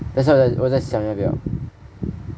that's why 我在想要不要